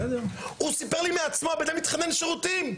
הוא סיפר לי מעצמו שהבן אדם התחנן לשירותים.